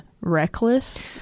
reckless